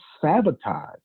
sabotage